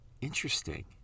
interesting